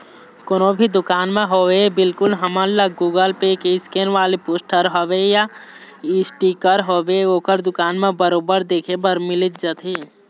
कोनो भी दुकान म होवय बिल्कुल हमन ल गुगल पे के स्केन वाले पोस्टर होवय या इसटिकर होवय ओखर दुकान म बरोबर देखे बर मिलिच जाथे